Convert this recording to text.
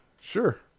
Sure